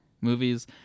Movies